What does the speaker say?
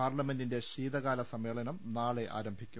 parliament ശീതകാലസമ്മേളനം നാളെ ആരംഭിക്കും